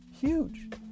Huge